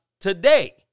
Today